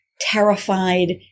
terrified